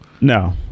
no